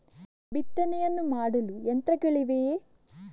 ಬಿತ್ತನೆಯನ್ನು ಮಾಡಲು ಯಂತ್ರಗಳಿವೆಯೇ?